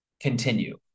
continue